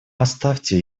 оставьте